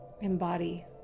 embody